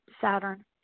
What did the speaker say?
Saturn